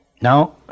Now